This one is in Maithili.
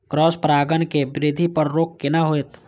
क्रॉस परागण के वृद्धि पर रोक केना होयत?